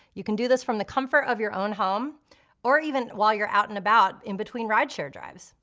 you can do this from the comfort of your own home or even while you're out and about in between rideshare drives.